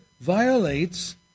violates